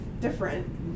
different